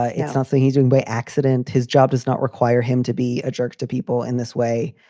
ah it's something he's doing by accident. his job does not require him to be a jerk to people in this way.